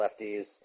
lefties